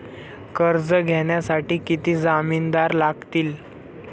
कर्ज घेण्यासाठी किती जामिनदार लागतील?